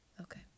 Okay